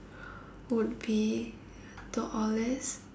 would be to always